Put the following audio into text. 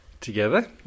Together